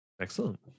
Excellent